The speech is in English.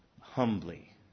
humbly